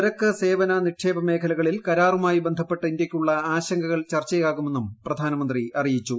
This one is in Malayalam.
ചരക്ക് സേവന നിക്ഷേപ മേഖലകളിൽകരാറുമായി ബന്ധപ്പെട്ട് ഇന്ത്യയ്ക്കുള്ള ആശങ്കകൾ ചർച്ചയാകുമെന്നും പ്രധാനമന്ത്രി അറിയിച്ചു